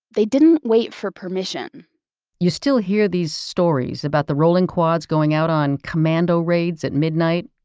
they didn't wait for permission you still hear these stories about the rolling quads going out on commando raids at midnight,